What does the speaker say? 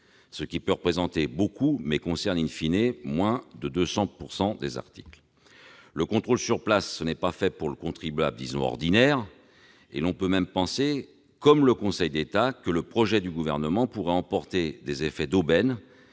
ce qui peut représenter beaucoup, mais concerne moins de 200 % des articles. Le contrôle sur place n'est pas fait pour le contribuable, disons « ordinaire ». On peut même penser, comme le fait le Conseil d'État, que « le projet du Gouvernement pourrait emporter des effets d'aubaine